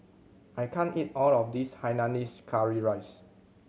I can't eat all of this hainanese curry rice